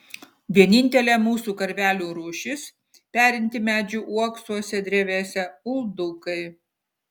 vienintelė mūsų karvelių rūšis perinti medžių uoksuose drevėse uldukai